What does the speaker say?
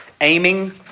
Aiming